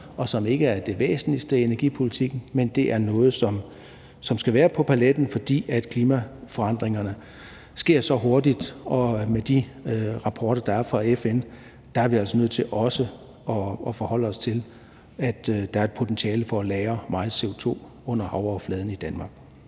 og som ikke er det væsentligste i energipolitikken, men det er noget, som skal være på paletten, fordi klimaforandringerne sker så hurtigt, og med de rapporter, der er fra FN, er vi altså nødt til også at forholde os til, at der er et potentiale for at lagre meget CO2 under havoverfladen i Danmark.